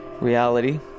reality